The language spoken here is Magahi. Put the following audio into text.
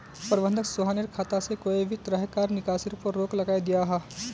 प्रबंधक सोहानेर खाता से कोए भी तरह्कार निकासीर पोर रोक लगायें दियाहा